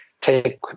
take